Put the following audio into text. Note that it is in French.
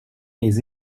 mes